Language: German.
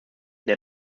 der